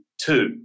two